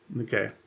Okay